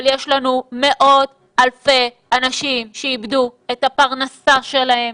אבל יש לנו מאות אלפי אנשים שאיבדו את הפרנסה שלהם.